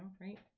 right